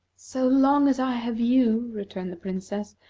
so long as i have you, returned the princess,